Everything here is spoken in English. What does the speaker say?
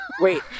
Wait